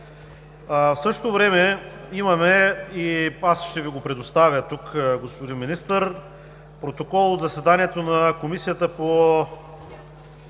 В същото време имаме – и аз ще Ви го предоставя тук, господин Министър – протокол от заседанието на Комисията по